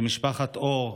משפחת אור,